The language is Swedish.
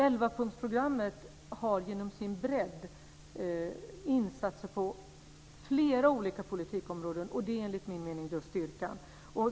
Elvapunktsprogrammet har genom sin bredd insatser på flera olika politikområden. Det är enligt min mening just styrkan.